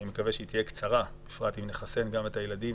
ואני מקווה שהיא תהיה קצרה בפרט אם נחסן גם את הילדים